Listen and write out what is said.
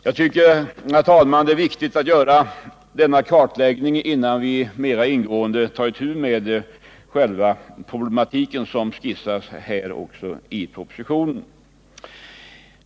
Jag tycker, herr talman, att det är viktigt att göra denna kartläggning innan vi mer ingående tar itu med själva problematiken som skisseras i propositionen.